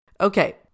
Okay